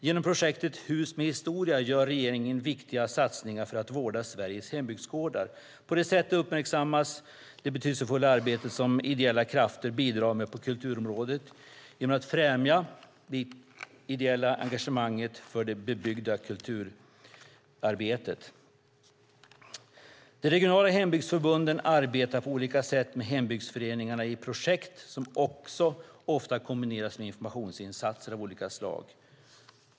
Genom projektet Hus med historia gör regeringen viktiga satsningar för att vårda Sveriges hembygdsgårdar. På det sättet uppmärksammas det betydelsefulla arbete som ideella krafter bidrar med på kulturområdet genom att främja det ideella engagemanget för det bebyggda kulturarbetet. De regionala hembygdsförbunden arbetar på olika sätt med hembygdsföreningarna i projekt som ofta kombineras med informationsinsatser av olika slag.